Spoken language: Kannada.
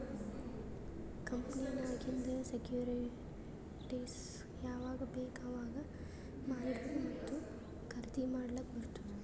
ಕಂಪನಿನಾಗಿಂದ್ ಸೆಕ್ಯೂರಿಟಿಸ್ಗ ಯಾವಾಗ್ ಬೇಕ್ ಅವಾಗ್ ಮಾರ್ಲಾಕ ಮತ್ತ ಖರ್ದಿ ಮಾಡ್ಲಕ್ ಬಾರ್ತುದ್